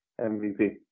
MVP